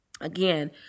Again